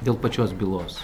dėl pačios bylos